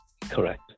correct